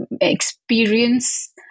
Experience